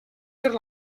per